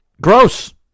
Gross